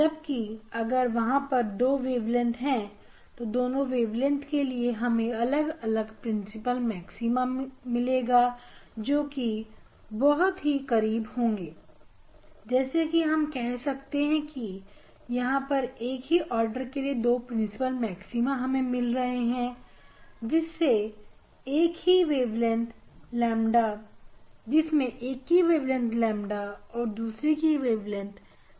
जबकि अगर वहां दो बैलेंस है तो दोनों वेवलेंथ के लिए हमें अलग अलग प्रिंसिपल मैक्सिमम मिलेगा जो कि बहुत ही करीब होंगे जैसे कि हम कह सकते हैं कि यहां पर एक ही ऑर्डर के दो प्रिंसिपल मैक्सिमा हमें मिल रहे हैं जिसमें से एक की वेवलेंथ ƛ और दूसरे की ƛ dƛ है